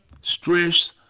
stress